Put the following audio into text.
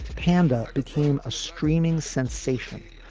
panda became a streaming sensation,